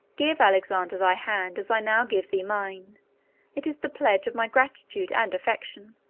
give alexander thy hand as i now give thee mine it is the pledge of my gratitude and affection.